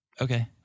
Okay